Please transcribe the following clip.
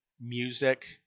music